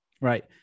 Right